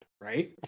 right